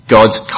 God's